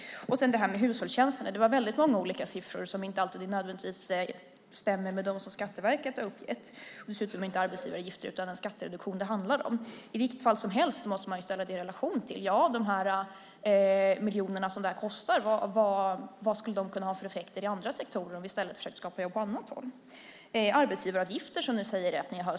När det gäller hushållstjänsterna var det väldigt många olika siffror som inte alltid nödvändigtvis stämmer med vad Skatteverket har uppgett. Det handlar dessutom inte om arbetsgivaravgifter utan om en skattereduktion. I vilket fall som helst måste man ställa de miljoner som detta kostar i relation till vad det skulle kunna ha för effekter i andra sektorer om vi i stället försökte skapa jobb på annat håll. Arbetsgivaravgifter har ni sänkt, säger ni.